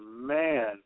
man